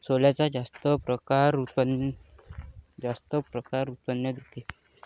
सोल्याचा कोनता परकार जास्त उत्पन्न देते?